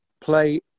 play